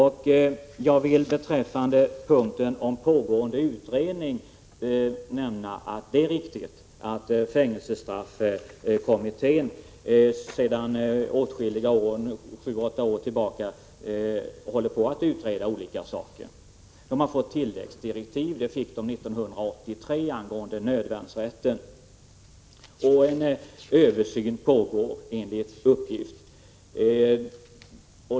Det är riktigt att fängelsestraffkommittén sedan sju åtta år tillbaka håller på med att utreda olika saker, och den har år 1983 fått tilläggsdirektiv angående nödvärnsrätten. Enligt uppgift pågår en översyn.